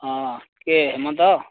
ହଁ କିଏ ହେମନ୍ତ